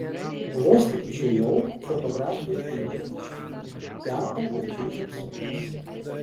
vos tik išėjau fotografai ėmė pyškinti teko plačiai šypsotis